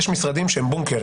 יש משרדים שהם בונקר.